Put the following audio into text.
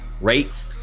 rate